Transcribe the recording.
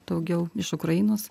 daugiau iš ukrainos